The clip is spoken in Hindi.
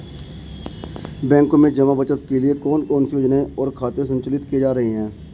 बैंकों में जमा बचत के लिए कौन कौन सी योजनाएं और खाते संचालित किए जा रहे हैं?